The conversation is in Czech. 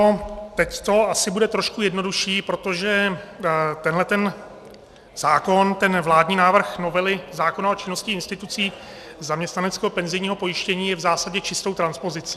Teď to asi bude trošku jednodušší, protože tenhleten zákon, ten vládní návrh novely zákona o činnosti institucí zaměstnaneckého penzijního pojištění, je v zásadě čistou transpozicí.